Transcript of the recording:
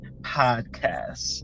podcast